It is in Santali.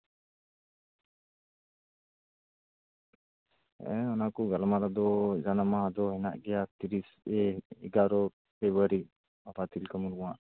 ᱦᱮᱸ ᱚᱱᱟ ᱠᱚ ᱜᱟᱞᱢᱟᱨᱟᱣ ᱫᱚ ᱡᱟᱦᱟᱱᱟᱜ ᱢᱟ ᱜᱮ ᱟᱫᱚ ᱦᱮᱱᱟᱜ ᱜᱮᱭᱟ ᱛᱤᱨᱤᱥ ᱮᱜᱟᱨᱚ ᱯᱷᱮᱵᱨᱩᱣᱟᱨᱤ ᱵᱟᱵᱟ ᱛᱤᱞᱠᱟᱹ ᱢᱩᱨᱢᱩᱣᱟᱜ